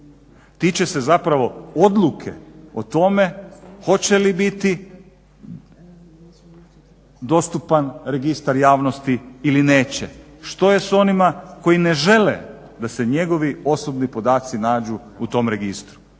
tiče se zapravo odluke o tome hoće li biti dostupan registar javnosti ili neće. Što je s onima koji ne žele da se njegovi osobni podaci nađu u tom registru?